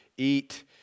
eat